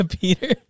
Peter